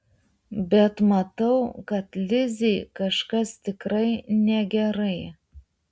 bet matau kad lizei kažkas tikrai negerai